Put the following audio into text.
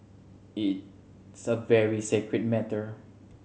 it a very sacred matter